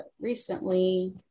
recently